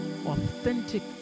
authentic